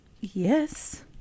Yes